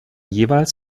jeweils